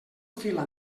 fila